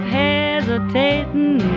hesitating